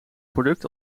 product